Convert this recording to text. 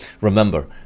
Remember